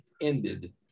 ended